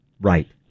Right